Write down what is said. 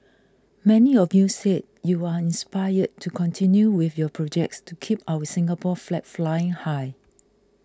many of you said you are inspired to continue with your projects to keep our Singapore flag flying high